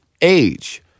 age